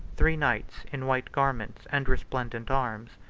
three knights, in white garments and resplendent arms,